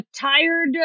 tired